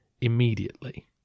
immediately